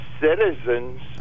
citizens